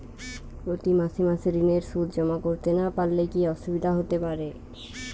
প্রতি মাসে মাসে ঋণের সুদ জমা করতে না পারলে কি অসুবিধা হতে পারে?